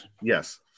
yes